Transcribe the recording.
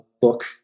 book